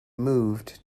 moved